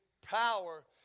power